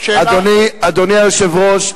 אדוני היושב-ראש,